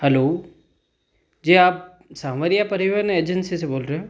hello जी आप सांवरिया परिवहन अजेंसी से बोल रहे हो